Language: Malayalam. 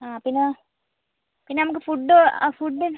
ആ പിന്നെ പിന്നെ നമുക്ക് ഫുഡ് ആ ഫുഡിന്